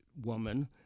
woman